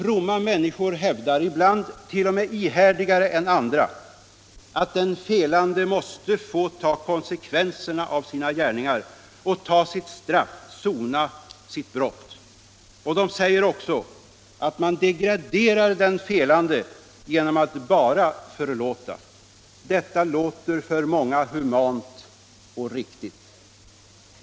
Fromma människor hävdar, ibland t.o.m. ihärdigare än andra, att den felande måste få ta konsekvenserna av sina gärningar och ta sitt straff, sona sitt brott. De säger också, att man degraderar den felande genom att bara förlåta. Detta låter för många humant och riktigt.